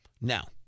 Now